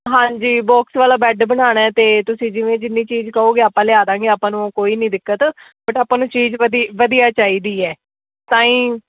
ਹਾਂਜੀ ਬੋਕਸ ਵਾਲਾ ਬੈੱਡ ਬਣਵਾਉਣਾ ਅਤੇ ਤੁਸੀਂ ਜਿਵੇਂ ਜਿੰਨੀ ਚੀਜ਼ ਕਹੋਗੇ ਆਪਾਂ ਲਿਆ ਦਾਂਗੇ ਆਪਾਂ ਨੂੰ ਕੋਈ ਨਹੀਂ ਦਿੱਕਤ ਬਟ ਆਪਾਂ ਨੂੰ ਚੀਜ਼ ਵਧੀ ਵਧੀਆ ਚਾਹੀਦੀ ਹੈ ਤਾਂ ਹੀ